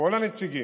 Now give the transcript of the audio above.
כל הנציגים,